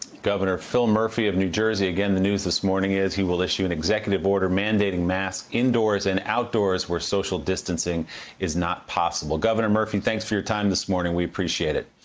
governor phil murphy of new jersey, again, the news this morning is he will issue an executive order mandating masks indoors and outdoors where social distancing is not possible. governor murphy, thanks for your time this morning. we appreciate it.